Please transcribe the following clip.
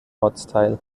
ortsteil